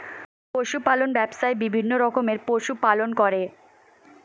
পশু পালন ব্যবসায়ে বিভিন্ন রকমের পশু পালন করে